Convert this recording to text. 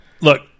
Look